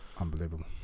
unbelievable